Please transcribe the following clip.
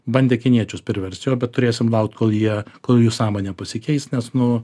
bandė kiniečius priverst jo bet turėsim laukt kol jie kol jų sąmonė pasikeis nes nu